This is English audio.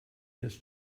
has